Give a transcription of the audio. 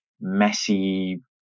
messy